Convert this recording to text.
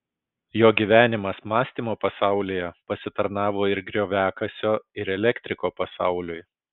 jo gyvenimas mąstymo pasaulyje pasitarnavo ir grioviakasio ir elektriko pasauliui